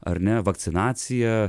ar ne vakcinacija